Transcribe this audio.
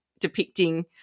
depicting